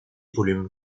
volumes